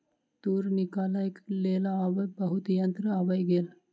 तूर निकालैक लेल आब बहुत यंत्र आइब गेल